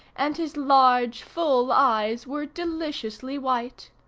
and his large full eyes were deliciously white.